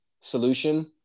solution